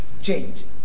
change